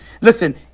Listen